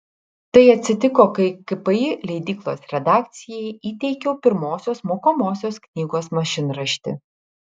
tai atsitiko kai kpi leidyklos redakcijai įteikiau pirmosios mokomosios knygos mašinraštį